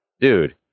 dude